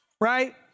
right